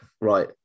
Right